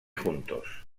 juntos